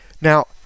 Now